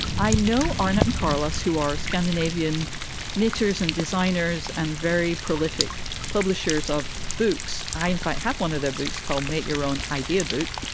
i know ana and carlos, who are scandinavian knitters and designers and very prolific publishers of books. i have one of their books called make your own idea book,